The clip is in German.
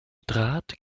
draht